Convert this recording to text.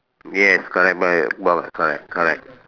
yes correct correct correct